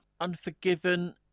Unforgiven